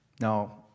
Now